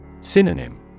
Synonym